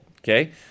okay